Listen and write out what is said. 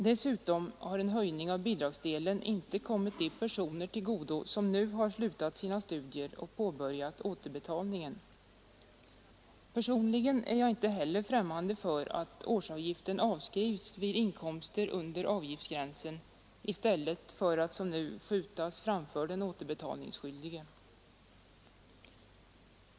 Dessutom hade en höjning av bidragsdelen inte kommit de personer till godo som nu har slutat sina studier och påbörjat återbetalningen. Personligen är jag inte heller främmande för att årsavgiften avskrivs vid inkomster under avgiftsgränsen i stället för att som nu skjutas framför den återbetalningsskyldige.